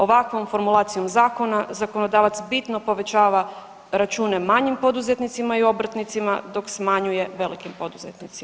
Ovakvom formulacijom zakona, zakonodavac bitno povećava račune manjim poduzetnicima i obrtnicima, dok smanjuje velikim poduzetnicima.